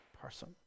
person